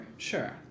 Sure